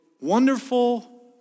wonderful